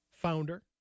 founder